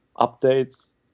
updates